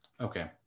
Okay